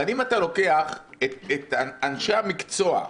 אבל אם אתה לוקח את אנשי המקצוע,